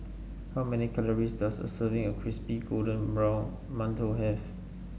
how many calories does a serving of Crispy Golden Brown Mantou have